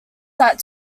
that